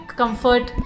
comfort